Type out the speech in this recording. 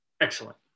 Excellent